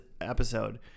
episode